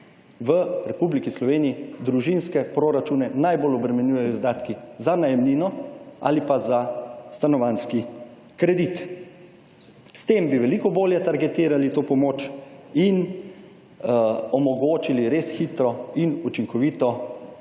v Republiki Sloveniji družinske proračune najbolj obremenjujejo izdatki za najemnino ali za stanovanjski kredit. S tem bi veliko bolje targetirali to pomoč in omogočili res hitro in učinkovito